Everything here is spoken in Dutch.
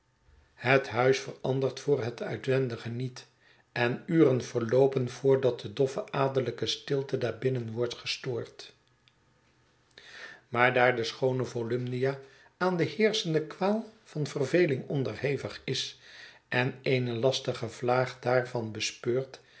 het huis verandert voor het uitwendige niet en uren verloopen voordat de doffe adellijke stilte daar binnen wordt gestoord maar daar de schoone volumnia aan de heerschende kwaal van verveling onderhevig is en eene lastige vlaag daarvan bespeurt